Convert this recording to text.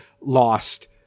lost